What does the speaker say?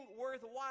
worthwhile